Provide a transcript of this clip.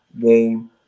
game